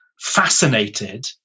fascinated